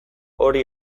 hori